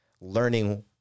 learning